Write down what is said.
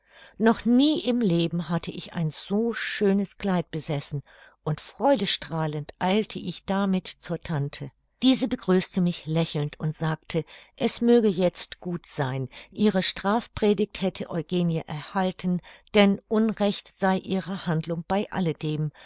noch nie im leben hatte ich ein so schönes kleid besessen und freudestrahlend eilte ich damit zur tante diese begrüßte mich lächelnd und sagte es möge jetzt gut sein ihre strafpredigt hätte eugenie erhalten denn unrecht sei ihre handlung bei alledem